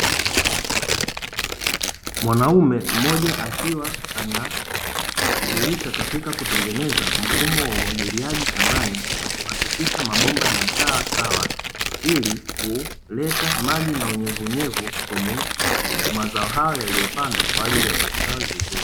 Mwanaume mmoja akiwa ana shughulika katika kutengeneza mfumo wa umwagiliaji shambani kwa kuhakikisha mabomba yanakaa sawa, ili kuleta maji na unyevuunyevu kwenye mazao hayo yaliyopandwa kwa ajili ya kustawi vizuri.